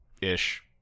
ish